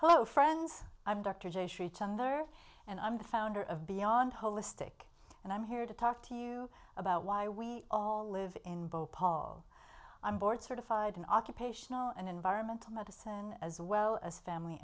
hello friends i'm dr j street and i'm the founder of beyond holistic and i'm here to talk to you about why we all live in bhopal i'm board certified in occupational and environmental medicine as well as family